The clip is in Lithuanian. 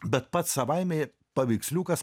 bet pats savaime paveiksliukas